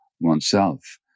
oneself